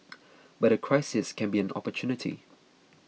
but a crisis can be an opportunity